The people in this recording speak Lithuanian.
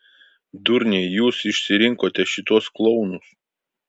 durniai jūs išsirinkote šituos klounus